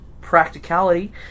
Practicality